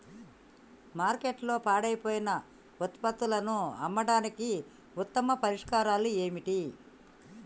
మార్కెట్లో పాడైపోయిన ఉత్పత్తులను అమ్మడానికి ఉత్తమ పరిష్కారాలు ఏమిటి?